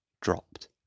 dropped